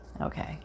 Okay